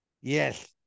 yes